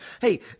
hey